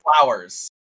Flowers